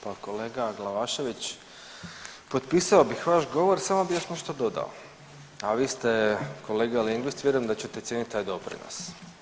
Pa kolega Glavašević potpisao bih vaš govor samo bih još nešto dodao, a vi ste kolega lingvist, vjerujem da ćete cijeniti taj doprinos.